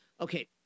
Okay